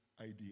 idea